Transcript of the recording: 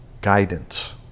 Guidance